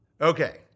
Okay